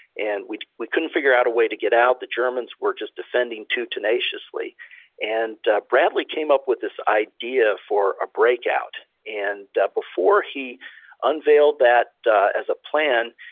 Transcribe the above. and we we couldn't figure out a way to get out. the germans were just defending too tenaciously and bradley came up with this idea for a breakout. and before he unveiled that as a plan,